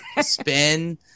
spin